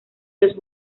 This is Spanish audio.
los